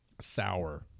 sour